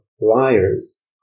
liars